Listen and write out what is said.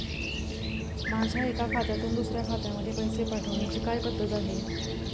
माझ्या एका खात्यातून दुसऱ्या खात्यामध्ये पैसे पाठवण्याची काय पद्धत आहे?